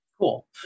cool